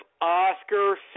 Oscar